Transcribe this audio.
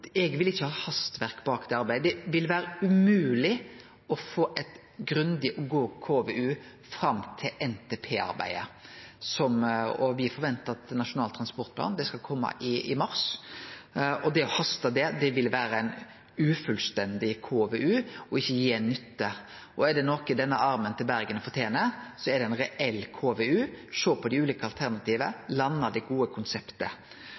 KVU fram til NTP-arbeidet. Me forventar at Nasjonal transportplan skal kome i mars. Med hastverk i dette vil det vere ein ufullstendig KVU som ikkje gir nytte. Er det noko denne armen til Bergen fortener, er det ein reell KVU – å sjå på dei ulike alternativa og lande det gode konseptet.